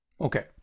Okay